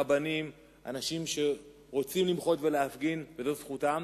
רבנים, אנשים שרוצים למחות ולהפגין, וזאת זכותם,